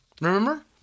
Remember